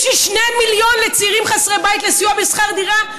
בשביל 2 מיליון לצעירים חסרי בית לסיוע בשכר דירה,